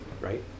right